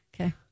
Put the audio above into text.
Okay